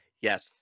yes